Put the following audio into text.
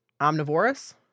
Omnivorous